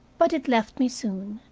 but it left me soon,